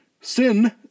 Sin